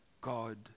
God